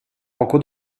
poco